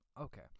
Okay